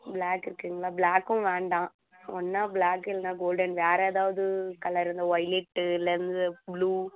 block இருக்குதுங்களா ப்ளாக்கும் வேண்டாம் ஒன்னா ப்ளாக் இல்லைனா கோல்டனில் வேறு ஏதாவது கலரு இந்த ஒய்லெட்டு இல்லை இந்த ப்ளூ